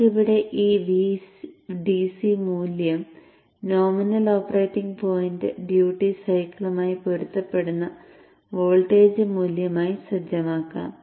നമുക്ക് ഇവിടെ ഈ VDC മൂല്യം നോമിനൽ ഓപ്പറേറ്റിംഗ് പോയിന്റ് ഡ്യൂട്ടി സൈക്കിളുമായി പൊരുത്തപ്പെടുന്ന വോൾട്ടേജ് മൂല്യമായി സജ്ജമാക്കാം